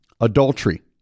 adultery